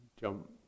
jump